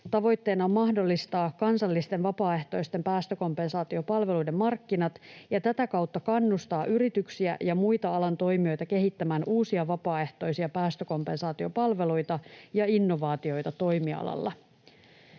Tavoitteena on mahdollistaa kansallisten vapaaehtoisten päästökompensaatiopalveluiden markkinat ja tätä kautta kannustaa yrityksiä ja muita alan toimijoita kehittämään uusia vapaaehtoisia päästökompensaatiopalveluita ja innovaatioita toimialalla.